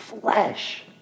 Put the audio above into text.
flesh